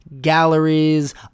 galleries